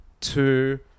Two